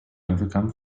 overcome